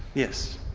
yes,